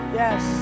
yes